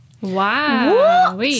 wow